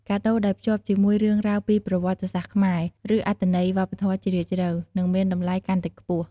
កាដូរដែលភ្ជាប់ជាមួយ រឿងរ៉ាវពីប្រវត្តិសាស្ត្រខ្មែរ ឬ អត្ថន័យវប្បធម៌ជ្រាលជ្រៅ នឹងមានតម្លៃកាន់តែខ្ពស់។